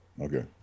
Okay